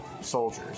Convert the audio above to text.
soldiers